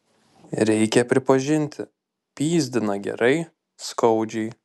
reikia pripažinti pyzdina gerai skaudžiai